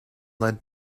led